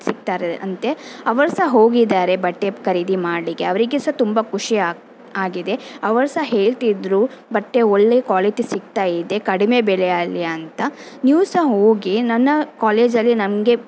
ಸಿಗ್ತಾರೆ ಅಂತೆ ಅವರು ಸಹ ಹೋಗಿದ್ದಾರೆ ಬಟ್ಟೆ ಖರೀದಿ ಮಾಡಲಿಕ್ಕೆ ಅವರಿಗೆ ಸಹ ತುಂಬ ಖುಷಿ ಆಗಿದೆ ಅವರು ಸಹ ಹೇಳ್ತಿದ್ದರು ಬಟ್ಟೆ ಒಳ್ಳೆಯ ಕ್ವಾಲಿಟಿ ಸಿಗ್ತಾ ಇದೆ ಕಡಿಮೆ ಬೆಲೆಯಲ್ಲಿ ಅಂತ ನೀವು ಸಹ ಹೋಗಿ ನನ್ನ ಕಾಲೇಜಲ್ಲಿ ನಮಗೆ